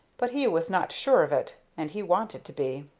but he was not sure of it, and he wanted to be.